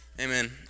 Amen